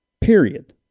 Period